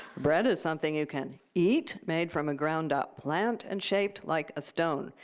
bread is something you can eat made from a ground-up plant and shaped like a stone.